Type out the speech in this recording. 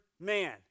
man